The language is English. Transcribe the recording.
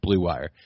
BlueWire